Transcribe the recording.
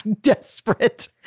Desperate